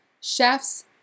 Chefs